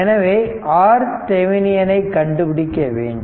எனவே RThevenin ஐ கண்டுபிடிக்க வேண்டும்